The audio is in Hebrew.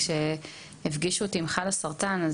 כשהפגישו אותי עם ׳חלאסרטן׳,